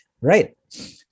right